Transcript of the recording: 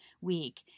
week